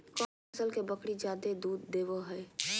कौन सा नस्ल के बकरी जादे दूध देबो हइ?